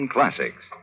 Classics